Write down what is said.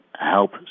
help